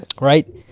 Right